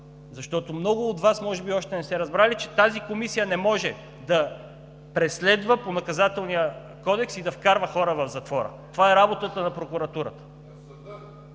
Защото много от Вас може би още не сте разбрали, че тази комисия не може да преследва по Наказателния кодекс и да вкарва хора в затвора. Това е работата на прокуратурата.